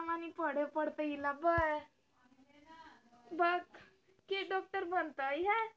धान के कीमत मंडी में प्रति मन कितना रुपया हाय?